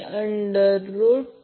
तर Z ∆ Z ∆ रद्द केले जाईल